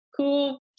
cool